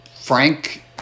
Frank